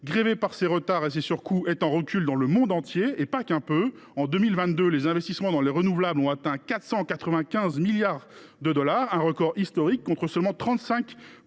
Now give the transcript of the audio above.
grevée par les retards et les surcoûts, recule dans le monde entier, et pas qu’un peu. En 2022, les investissements dans les énergies renouvelables ont atteint 495 milliards de dollars – c’est un record historique –, contre seulement 35